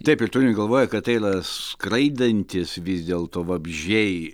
taip ir turint galvoj kad tai yra skraidantys vis dėlto vabzdžiai